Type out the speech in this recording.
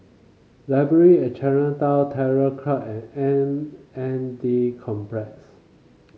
Library at Chinatown Terror Club and M N D Complex